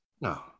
No